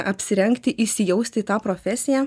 apsirengti įsijausti į tą profesiją